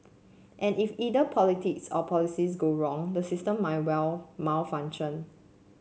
and if either politics or policies go wrong the system might well malfunction